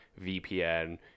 vpn